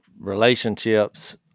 relationships